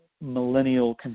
Millennial